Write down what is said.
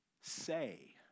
say